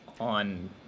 on